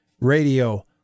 Radio